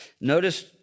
Notice